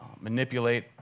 manipulate